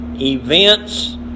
events